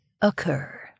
occur